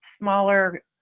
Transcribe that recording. smaller